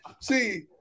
See